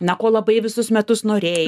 na ko labai visus metus norėjai